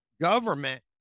government